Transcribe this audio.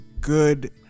good